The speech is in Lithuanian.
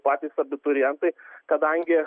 patys abiturientai kadangi